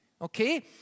okay